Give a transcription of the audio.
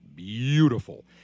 Beautiful